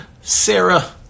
Sarah